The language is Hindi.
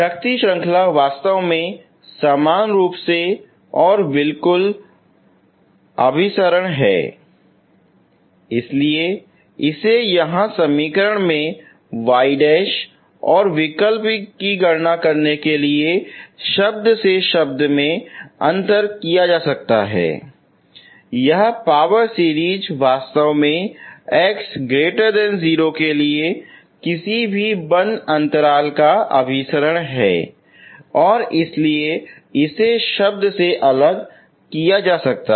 शक्ति श्रृंखला वास्तव में समान रूप से और बिल्कुल अभिसरण है इसलिए इसे यहां समीकरण में yऔर विकल्प की गणना करने के लिए शब्द से शब्द में अंतर किया जा सकता है यह पावर सीरीज वास्तव में x0 के लिए किसी भी बंद अंतराल पर अभिसरण है और इसलिए इसे शब्द से अलग किया जा सकता है